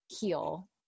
heal